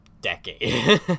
decade